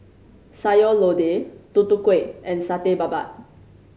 Sayur Lodeh Tutu Kueh and Satay Babat